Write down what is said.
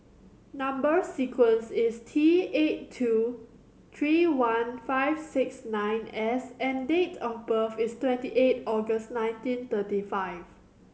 number sequence is T eight two three one five six nine S and date of birth is twenty eight August nineteen thirty five